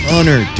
Honor